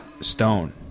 stone